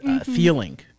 feeling